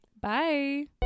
Bye